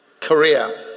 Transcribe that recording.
Korea